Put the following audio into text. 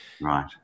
Right